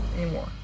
anymore